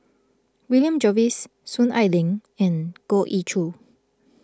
William Jervois Soon Ai Ling and Goh Ee Choo